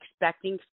expecting